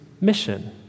mission